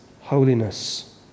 holiness